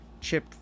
chip